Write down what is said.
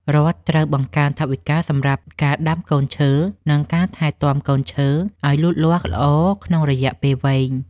រដ្ឋត្រូវបង្កើនថវិកាសម្រាប់ការដាំកូនឈើ និងការថែទាំកូនឈើឱ្យលូតលាស់ល្អក្នុងរយៈពេលវែង។